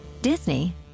Disney